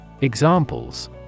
Examples